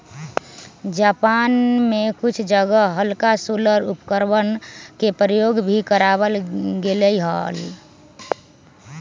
Japan में कुछ जगह हल्का सोलर उपकरणवन के प्रयोग भी करावल गेले हल